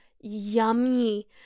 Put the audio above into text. yummy